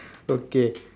okay